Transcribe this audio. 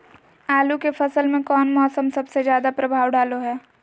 आलू के फसल में कौन मौसम सबसे ज्यादा प्रभाव डालो हय?